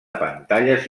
pantalles